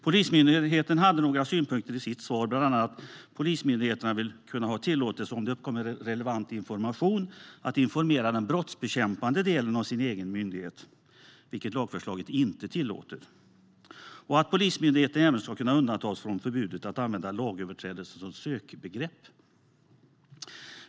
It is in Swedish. Polismyndigheten hade några synpunkter i sitt svar. Bland annat vill Polismyndigheten om det uppkommer relevant information ha tillåtelse att informera den brottsbekämpande delen av sin egen myndighet, vilket lagförslaget inte tillåter, och att Polismyndigheten även ska kunna undantas från förbudet att använda lagöverträdelser som sökbegrepp.